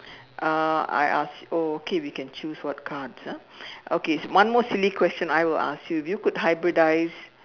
uh I ask oh okay we can chose what cards ah okay one more silly question I will ask you if you could hybridize